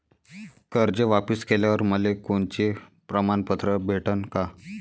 कर्ज वापिस केल्यावर मले कोनचे प्रमाणपत्र भेटन का?